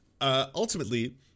Ultimately